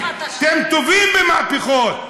אתם טובים במהפכות,